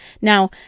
Now